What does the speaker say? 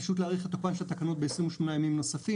פשוט להאריך את תוקפן של התקנות ב-28 ימים נוספים,